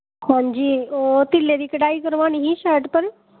हां जी ओह् तिल्ले दी कड़हाई करानी ही शर्ट पर